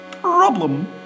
problem